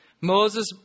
Moses